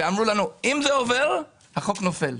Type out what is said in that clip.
ואמרו לנו שאם זה עובר, החוק נופל.